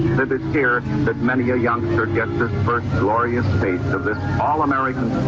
here that many a youngster gets his first glorious taste of this all american